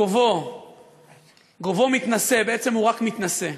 גובהו מתנשא, בעצם הוא רק מתנשא,